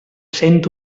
cent